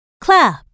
clap